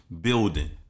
building